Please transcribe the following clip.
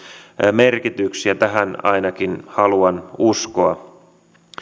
merkityksiä tähän ainakin haluan uskoa